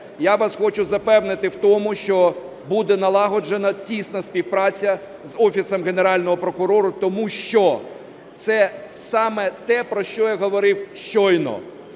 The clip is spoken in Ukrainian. я вас хочу запевнити в тому, що буде налагоджена тісна співпраця з Офісом Генерального прокурора, тому що це саме те, про що я говорив щойно,